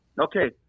Okay